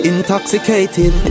Intoxicated